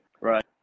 Right